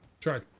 Try